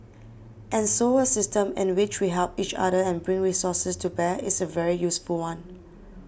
and so a system in which we help each other and bring resources to bear is a very useful one